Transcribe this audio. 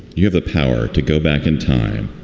you have the power to go back in time